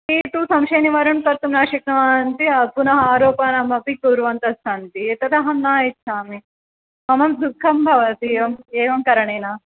ते तु संशयनिवारणं कर्तुं न शक्नुवन्ति पुनः आरोपानामपि कुर्वन्तस्सन्ति एतदहं न इच्छामि मम दुःखं भवति एवं एवं करणेन